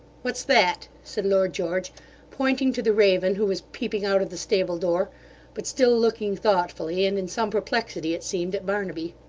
what's that said lord george pointing to the raven who was peeping out of the stable-door but still looking thoughtfully, and in some perplexity, it seemed, at barnaby.